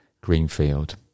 Greenfield